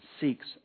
seeks